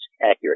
accurate